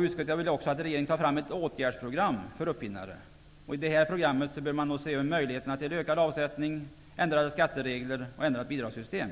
Utskottet vill också att regeringen tar fram ett åtgärdsprogram för uppfinnare. I detta program bör man se över möjligheterna till ökad avsättning, ändrade skatteregler och ändrat bidragssystem.